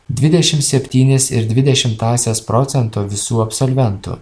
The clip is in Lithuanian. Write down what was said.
dvidešim septynis ir dvi dešimtąsias procento visų absolventų